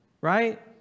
right